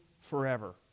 forever